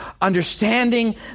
understanding